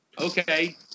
Okay